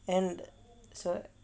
and so